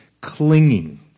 clinging